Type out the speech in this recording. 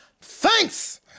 Thanks